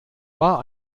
war